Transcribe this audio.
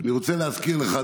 אני רוצה להזכיר לך,